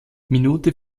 minute